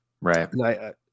Right